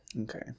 Okay